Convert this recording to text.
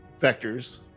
vectors